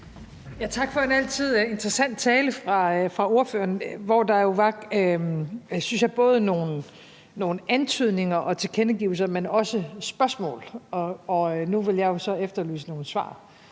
Tak for en som altid interessant tale fra ordføreren, hvor der jo, synes jeg, både var nogle antydninger og tilkendegivelser, men også nogle spørgsmål, og nu vil jeg jo så efterlyse nogle svar.